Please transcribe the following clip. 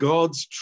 God's